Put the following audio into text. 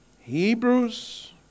Hebrews